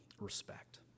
respect